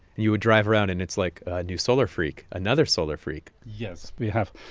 you would drive around, and it's like, new solar freak, another solar freak yes, we have,